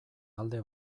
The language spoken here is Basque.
alde